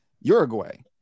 Uruguay